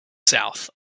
south